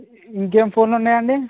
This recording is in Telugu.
ఇంకేం ఫోన్లు ఉన్నాయి అండి